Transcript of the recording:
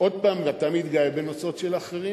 עוד פעם אתה מתגאה בנוצות של אחרים,